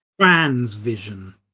Transvision